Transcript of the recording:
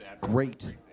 great